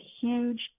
huge